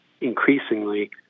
increasingly